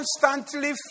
constantly